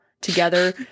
together